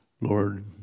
Lord